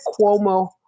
Cuomo